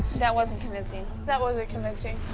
that wasn't convincing. that wasn't convincing.